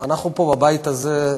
אנחנו פה בבית הזה,